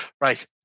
Right